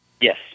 Yes